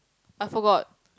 I forgot